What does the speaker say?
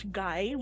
guy